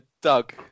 Doug